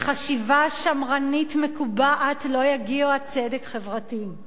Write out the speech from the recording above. מחשיבה שמרנית מקובעת לא יגיע הצדק החברתי.